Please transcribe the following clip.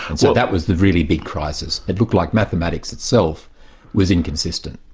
and so that was the really big crisis. it looked like mathematics itself was inconsistent.